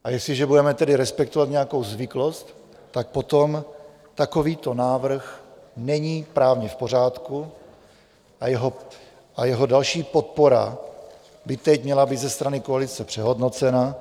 A jestliže budeme tedy respektovat nějakou zvyklost, tak potom takovýto návrh není právě v pořádku a jeho další podpora by teď měla být ze strany koalice přehodnocena.